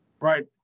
Right